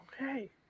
Okay